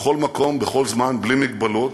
בכל מקום, בכל זמן, בלי מגבלות,